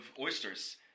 oysters